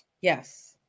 Yes